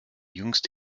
jüngst